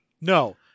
No